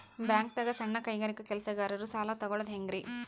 ಬ್ಯಾಂಕ್ದಾಗ ಸಣ್ಣ ಕೈಗಾರಿಕಾ ಕೆಲಸಗಾರರು ಸಾಲ ತಗೊಳದ್ ಹೇಂಗ್ರಿ?